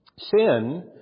Sin